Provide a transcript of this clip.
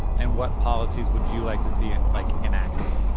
and what policies would you like to see like enacted?